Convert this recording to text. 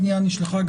הפנייה נשלחה,